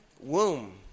womb